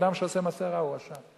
אדם שעושה מעשה רע הוא רשע,